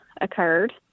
occurred